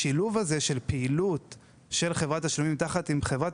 השילוב של פעילות של חברת תשלומים עם חברת